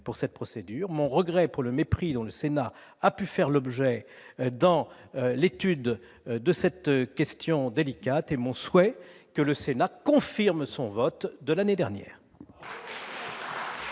pour cette procédure et pour le mépris dont le Sénat a pu faire l'objet dans l'étude de cette question délicate, mais aussi mon souhait que le Sénat confirme son vote de l'année dernière.